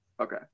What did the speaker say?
Okay